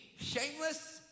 shameless